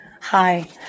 Hi